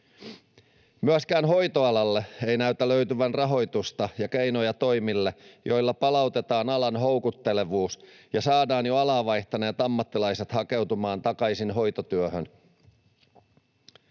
Myöskään hoitoalalle ei näytä löytyvän rahoitusta ja keinoja toimille, joilla palautetaan alan houkuttelevuus ja saadaan jo alaa vaihtaneet ammattilaiset hakeutumaan takaisin hoitotyöhön.